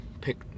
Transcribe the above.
pick